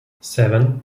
seven